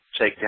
takedown